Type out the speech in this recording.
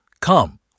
Come